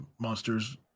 Monsters